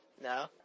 No